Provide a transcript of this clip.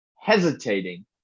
hesitating